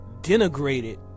denigrated